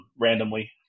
randomly